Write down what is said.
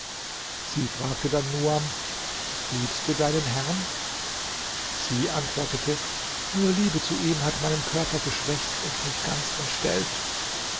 sie fragte dann nuam liebst du deinen herrn sie antwortete nur liebe zu ihm hat meinen körper geschwächt und mich ganz entstellt